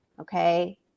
okay